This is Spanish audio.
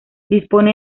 dispone